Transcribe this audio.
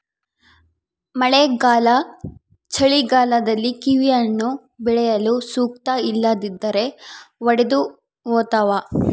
ಮಳೆಗಾಲ ಚಳಿಗಾಲದಲ್ಲಿ ಕಿವಿಹಣ್ಣು ಬೆಳೆಯಲು ಸೂಕ್ತ ಇಲ್ಲದಿದ್ದರೆ ಒಡೆದುಹೋತವ